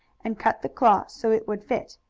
and cut the claw so it would fit,